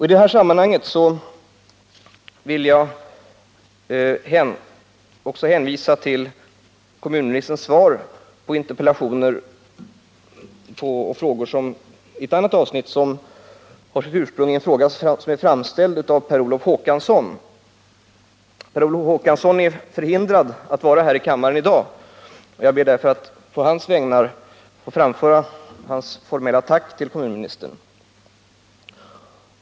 I detta sammanhang vill jag också hänvisa till ett annat avsnitt i kommunministerns svar på interpellationer och frågor. Det gäller den fråga som framställts av Per Olof Håkansson. Per Olof Håkansson är förhindrad att vara i kammaren i dag, och jag ber därför att på hans vägnar få framföra det formella tacket till kommunministern.